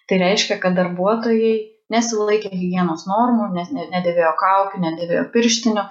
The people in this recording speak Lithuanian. tai reiškia kad darbuotojai nesilaikė higienos normų nes ne nedėvėjo kaukių nedėvėjo pirštinių